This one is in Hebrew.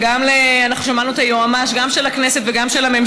ואנחנו שמענו גם את היועצים המשפטים,